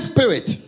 Spirit